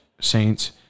Saints